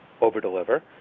over-deliver